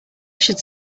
should